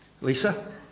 Lisa